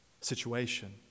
situation